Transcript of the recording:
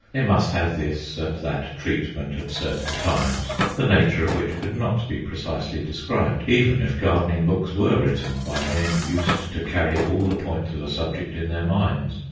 they must have this and that treatment at certain times, the nature of which could not be precisely described, even if gardening books were written by men used to carry all the points of a subject in their minds,